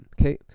okay